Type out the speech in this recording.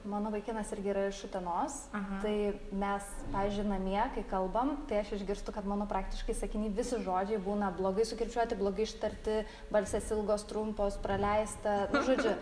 mano vaikinas irgi yra iš utenos tai mes pavyzdžiui namie kai kalbam tai aš išgirstu kad mano praktiškai sakiniai visi žodžiai būna blogai sukirčiuoti blogai ištarti balsės ilgos trumpos praleista nu žodžiu